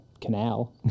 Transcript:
canal